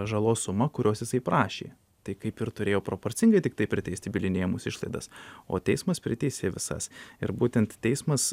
žalos suma kurios jisai prašė tai kaip ir turėjo proporcingai tiktai priteisti bylinėjimosi išlaidas o teismas priteisė visas ir būtent teismas